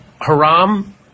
Haram